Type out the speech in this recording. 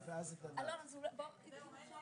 זאת אולי הסברה